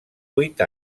vuit